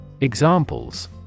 Examples